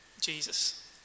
Jesus